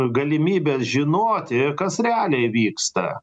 galimybes žinoti kas realiai vyksta